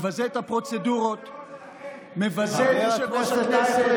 מבזה את הפרוצדורות, מבזה את יושב-ראש הכנסת.